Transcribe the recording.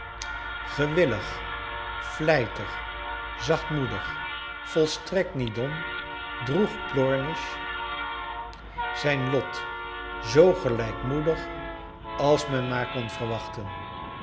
gewillig vlijtig zachtmoedig volstrekt niet dom droeg plornish zijn lot zoo gelijkmoedig als men maar kon verwachten